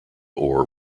orr